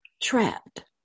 trapped